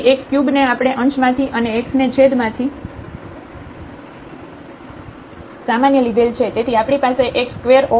તેથી x3 ને આપણે અંશ માંથી અને x ને છેદ માંથી સામાન્ય લીધેલ છે